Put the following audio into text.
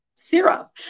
syrup